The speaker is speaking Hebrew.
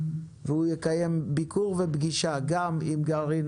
הוא יקיים ביקור ופגישה גם עם גרעין